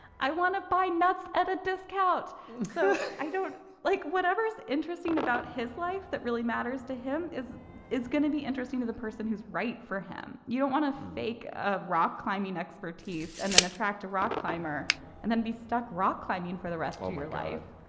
i want to buy nuts at a discount so don't like whatever is interesting about his life that really matters to him is it's gonna be interesting to the person who's right for him. you don't want to fake ah rock climbing expertise and then attract a rock climber and then be stuck rock climbing for the rest of um your life.